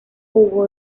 jugó